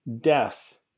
death